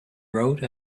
wrote